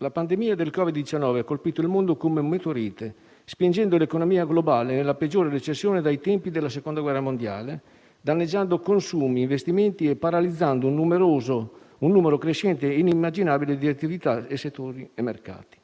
la pandemia del COVID-19 ha colpito il mondo come un meteorite, spingendo l'economia globale nella peggiore recessione dai tempi della seconda guerra mondiale, danneggiando consumi, investimenti e paralizzando un numero crescente e inimmaginabile di attività, settori e mercati;